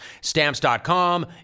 Stamps.com